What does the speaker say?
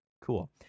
Cool